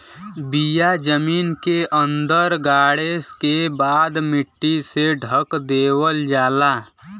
बिया जमीन के अंदर गाड़े के बाद मट्टी से ढक देवल जाला